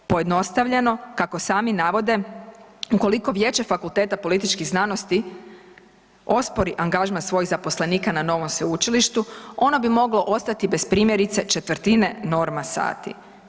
Pojednostavljeno kako sami navode ukoliko vijeće Fakulteta političkih znanosti ospori angažman svojih zaposlenika na novom sveučilištu ono bi moglo ostati bez primjerice četvrtine norma sati.